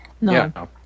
no